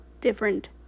different